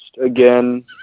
again